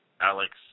Alex